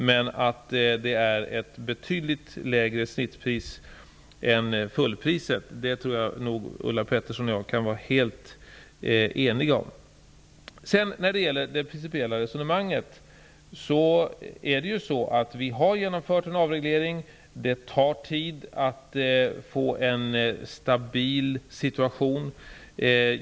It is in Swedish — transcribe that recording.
Men att snittpriset är betydligt lägre än fullpriset kan nog Ulla Pettersson och jag vara helt eniga om. Beträffande det principiella resonemanget vill jag säga att vi har genomfört en avreglering och att det tar tid att få en stabil situation.